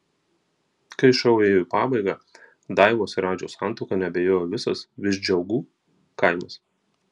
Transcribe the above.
kai šou ėjo į pabaigą daivos ir radžio santuoka neabejojo visas visdžiaugų kaimas